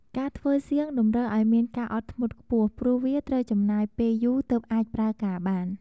ការធ្វើសៀងតម្រូវឱ្យមានការអត់ធ្មត់ខ្ពស់ ព្រោះវាត្រូវចំណាយពេលយូរទើបអាចប្រើការបាន។